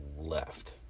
left